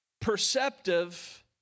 perceptive